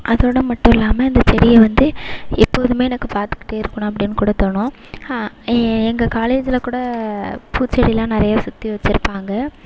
அதோடு மட்டும் இல்லாமல் அந்த செடியை வந்து எப்போதுமே எனக்கு பார்த்துகிட்டே இருக்கணும் அப்படினு கூட தோணும் எங்கள் காலேஜ்ஜில் கூட பூச்செடிலாம் நிறையா சுற்றி வச்சுருப்பாங்க